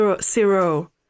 Zero